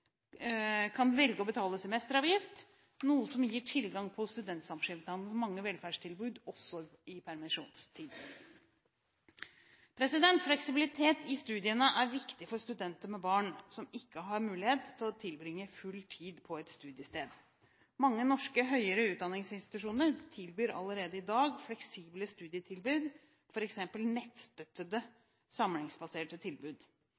kan velge å betale semesteravgift, noe som gir tilgang på studentsamskipnadens mange velferdstilbud også i permisjonstiden. Fleksibilitet i studiene er viktig for studenter med barn som ikke har mulighet til å tilbringe full tid på et studiested. Mange norske høyere utdanningsinstitusjoner tilbyr allerede i dag fleksible studietilbud, f.eks. nettstøttede samlingsbaserte tilbud.